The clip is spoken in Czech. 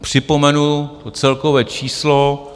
Připomenu celkové číslo.